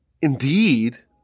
indeed